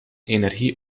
energie